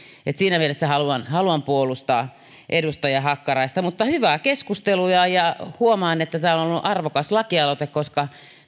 siinä mielessä haluan haluan puolustaa edustaja hakkaraista mutta hyvää keskustelua ja huomaan että tämä on ollut arvokas lakialoite koska